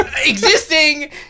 existing